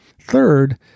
Third